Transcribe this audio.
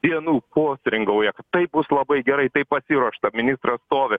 dienų postringauja tai bus labai gerai tai pasiruošta ministrasstovi